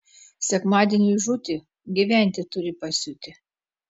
sekmadieniui žūti gyventi turi pasiūti